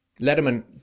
Letterman